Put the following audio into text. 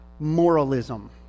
moralism